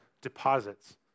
deposits